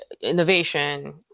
innovation